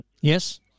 Yes